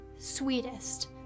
sweetest